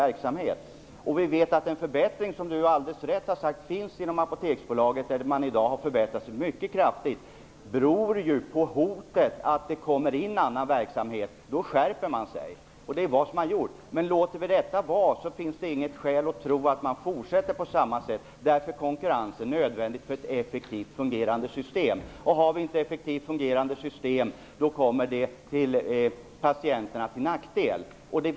Vi vet att den kraftiga förbättring som Bo Holmberg alldeles riktigt har sagt har skett inom Apoteksbolaget beror på hotet från annan verksamhet. Då sker en skärpning. Det är vad Apoteksbolaget har gjort. Låter vi situationen vara finns det inget skäl att tro att verksamheten fortsätter på samma sätt. Konkurrens är nödvändigt för ett effektivt fungerande system. Finns det inte ett effektivt fungerande system blir det hela till nackdel för patienterna. Så vill vi inte ha det.